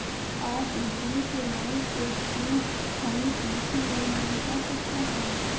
आ वित्तीय सेवाएं के थ्रू हमें कृषि लोन मिलता सकता है?